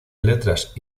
letras